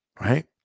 Right